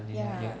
ya